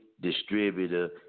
distributor